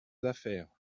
affaires